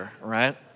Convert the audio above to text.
Right